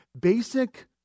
basic